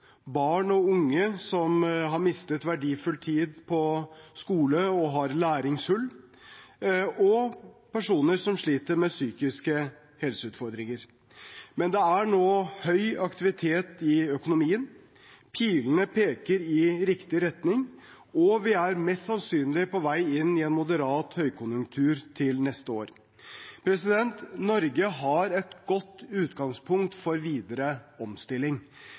barn og unge som har mistet verdifull tid på skole og har læringshull, og personer som sliter med psykiske helseutfordringer. Men det er nå høy aktivitet i økonomien. Pilene peker i riktig retning, og vi er mest sannsynlig på vei inn i en moderat høykonjunktur til neste år. Norge har et godt utgangspunkt for videre omstilling.